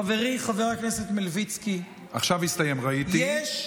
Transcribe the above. חברי חבר הכנסת מלביצקי, עכשיו הסתיים, ראיתי.